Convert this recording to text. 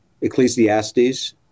Ecclesiastes